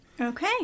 Okay